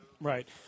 Right